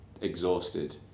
exhausted